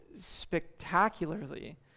spectacularly